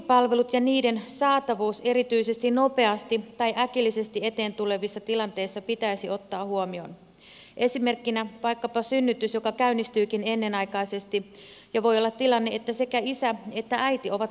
tulkkipalvelut ja niiden saatavuus erityisesti nopeasti tai äkillisesti eteen tulevissa tilanteissa pitäisi ottaa huomioon esimerkkinä vaikkapa synnytys joka käynnistyykin ennenaikaisesti ja voi olla tilanne että sekä isä että äiti ovat kuulovammaisia